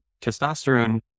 testosterone